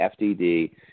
FDD